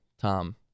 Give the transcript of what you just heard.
Tom